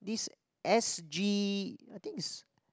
this S_G I think is